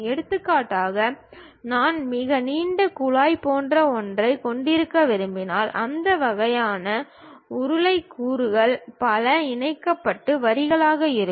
எடுத்துக்காட்டாக நான் மிக நீண்ட குழாய் போன்ற ஒன்றைக் கொண்டிருக்க விரும்பினால் அந்த வகையான உருளைக் கூறுகள் பல இணைக்கப்பட்ட வரியாக இருக்கும்